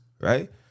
right